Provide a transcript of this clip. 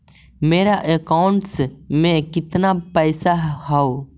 मेरा अकाउंटस में कितना पैसा हउ?